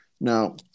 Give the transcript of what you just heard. Now